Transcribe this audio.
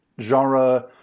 genre